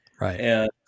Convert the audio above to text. Right